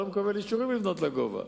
אתה לא מקבל אישורים לבנות לגובה.